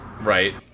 Right